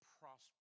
prosper